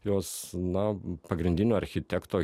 jos na pagrindinio architekto